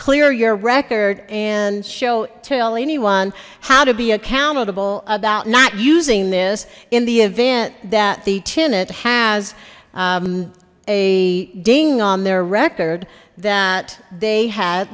clear your record and show tell anyone how to be accountable about not using this in the event that the tenant has a ding on their record that they had